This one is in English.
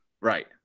Right